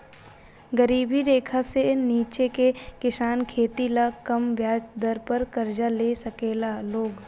गरीबी रेखा से नीचे के किसान खेती ला कम ब्याज दर पर कर्जा ले साकेला लोग